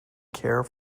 care